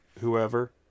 whoever